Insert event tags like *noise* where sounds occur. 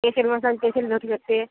special माणसाना special *unintelligible* मिळते